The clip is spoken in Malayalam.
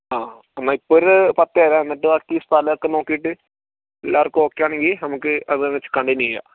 ആ എന്നാൽ ഇപ്പോൾ ഒരു പത്ത് തരാം എന്നിട്ട് ബാക്കി സ്ഥലം ഒക്കെ നോക്കിയിട്ട് എല്ലാവർക്കും ഓക്കേ ആണെങ്കിൽ നമുക്ക് അതുതന്നെ വെച്ച് കൺടിന്യു ചെയ്യാം